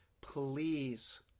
please